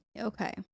okay